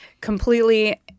completely